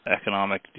economic